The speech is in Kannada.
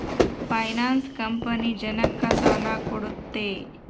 ಫೈನಾನ್ಸ್ ಕಂಪನಿ ಜನಕ್ಕ ಸಾಲ ಕೊಡುತ್ತೆ